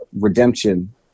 redemption